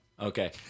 Okay